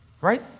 Right